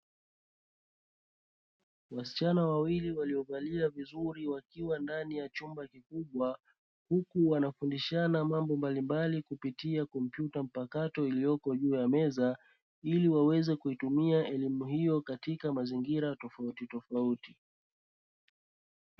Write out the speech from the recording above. Wasichana wawili waliovalia vizuri, wakiwa ndani ya chumba kikubwa, huku wanafundishana mambo mbalimbali kupitia kompyuta mpakato iliyopo juu ya meza, ili waweze kuitumia elimu hiyo katika mazingira tofautitofauti.